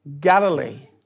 Galilee